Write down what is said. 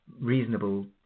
reasonable